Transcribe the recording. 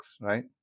right